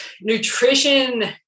Nutrition